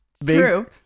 true